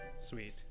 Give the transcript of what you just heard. Sweet